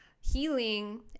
healing